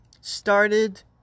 started